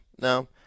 no